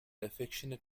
affectionate